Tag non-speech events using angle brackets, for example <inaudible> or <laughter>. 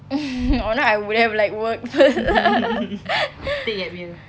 <laughs> or not I would have worked <laughs>